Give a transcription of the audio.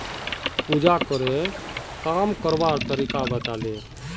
पूजाकरे काम करवार तरीका बताले